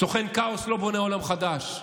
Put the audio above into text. סוכן כאוס לא בונה עולם חדש.